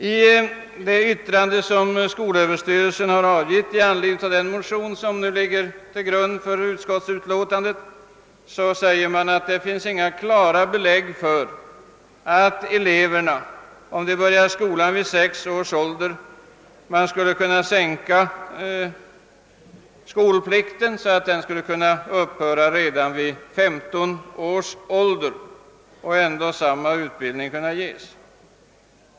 I det yttrande som skolöverstyrelsen har avgett. i anledning av de motioner som ligger till grund för utskottsutlåtandet sägs, att det inte finns några klara belägg för att skolplikten, om eleverna börjar skolan vid 6 års ålder, skulle kunna upphöra redan vid 15 års ålder och ändå samma utbildning kunna ges.